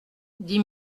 dix